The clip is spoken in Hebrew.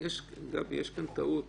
יש כאן טעות